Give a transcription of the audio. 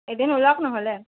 এদিন ওলাওক নহ'লে